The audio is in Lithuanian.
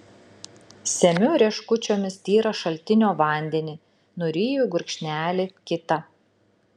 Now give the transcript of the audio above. semiu rieškučiomis tyrą šaltinio vandenį nuryju gurkšnelį kitą